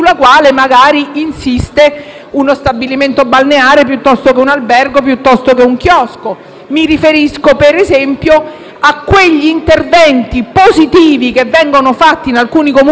uno stabilimento balneare, un albergo o un chiosco. Mi riferisco - per esempio - a quegli interventi positivi che vengono fatti in alcuni Comuni di alcune Regioni